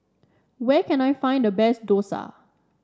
where can I find the best dosa